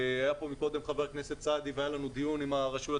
והיה כאן קודם חבר הכנסת סעדי והיה לנו דיון עם הרשויות